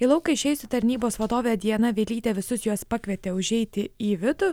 į lauką išėjusių tarnybos vadovė diana vilytė visus juos pakvietė užeiti į vidų